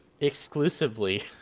exclusively